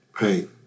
Right